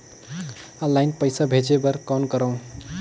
Online पईसा भेजे बर कौन करव?